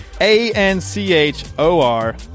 A-N-C-H-O-R